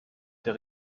der